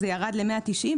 זה ירד ל-190 מיליון ₪,